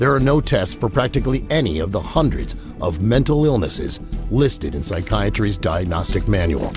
there are no tests for practically any of the hundreds of mental illness is listed in psychiatry's diagnostic manual